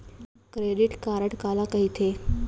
Credit card काला कहिथे?